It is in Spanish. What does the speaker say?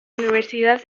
universidad